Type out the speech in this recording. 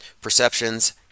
perceptions